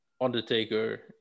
Undertaker